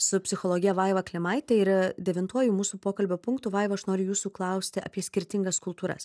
su psichologe vaiva klimaite ir devintuoju mūsų pokalbio punktu vaiva aš noriu jūsų klausti apie skirtingas kultūras